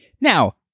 Now